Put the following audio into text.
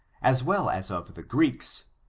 as well as of the greeks,